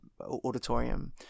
auditorium